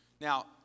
Now